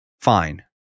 fine